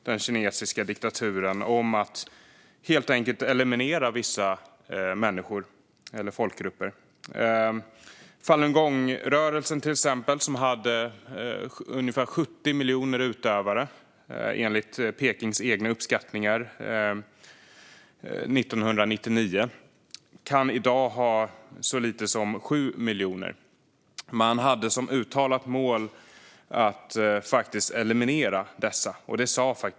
Den kinesiska diktaturen har som uttalat mål att eliminera vissa folkgrupper. Enligt Pekings egna uträkningar hade falungongrörelsen ungefär 70 miljoner utövare 1999 men kan i dag ha så få som 7 miljoner.